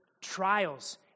trials